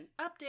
Update